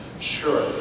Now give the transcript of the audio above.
Sure